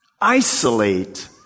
isolate